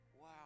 Wow